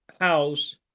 house